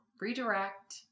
redirect